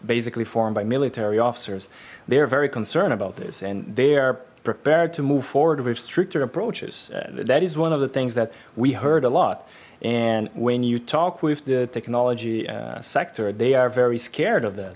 basically formed by military officers they are very concerned about this and they are prepared to move forward with stricter approaches that is one of the things that we heard a lot and when you talk with the technology sector they are very scared of that